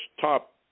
top